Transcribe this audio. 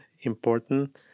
important